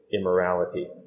immorality